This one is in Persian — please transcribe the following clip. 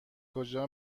کجا